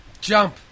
Jump